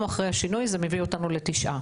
והיום אחרי השינוי זה מביא אותנו לתשעה.